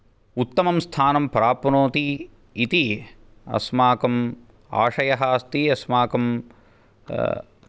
उत्तमं स्थानं प्राप्नोति इति अस्माकम् आशयः अस्ति अस्माकं